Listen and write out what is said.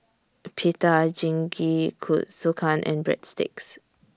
Pita and Breadsticks